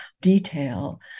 detail